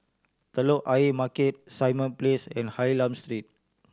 Telok Ayer Market Simon Place and Hylam